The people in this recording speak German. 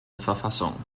verfassung